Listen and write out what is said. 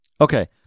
Okay